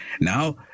Now